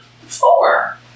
Four